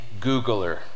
Googler